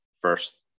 first